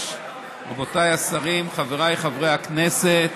חברי הכנסת,